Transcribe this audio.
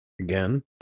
again